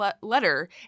letter